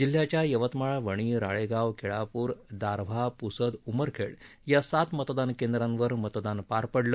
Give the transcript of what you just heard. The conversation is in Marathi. जिल्ह्याच्या यवतमाळ वणी राळेगाव केळापूर दारव्हा पुसद उमरखेड या सात मतदान केंद्रावर मतदान पार पडलं